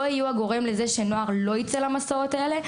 יהיו הגורם לכך שנוער לא יוכל לצאת למסעות האלה.